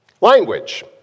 Language